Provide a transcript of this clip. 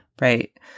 right